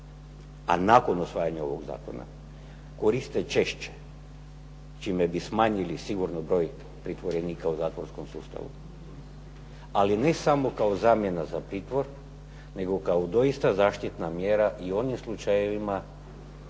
nakon usvajanja ovog Zakona, koriste češće, čime bi smanjili sigurno broj zatvorenika u zatvorskom sustavu, ali ne samo kao zamjena za pritvor, nego doista kao zaštitna mjera u onim slučajeva